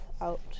out